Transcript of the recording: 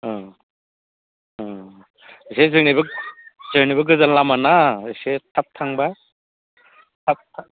एसे जोंनिबो जोंनिबो गोजान लामा ना एसे थाब थांब्ला थाब थाब